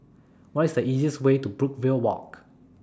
What IS The easiest Way to Brookvale Walk